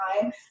time